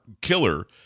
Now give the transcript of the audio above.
killer